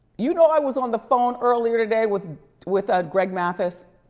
you know i was on the phone earlier today with with ah greg mathis.